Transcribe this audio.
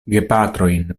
gepatrojn